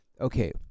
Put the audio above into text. Okay